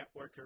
networker